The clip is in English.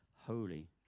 holy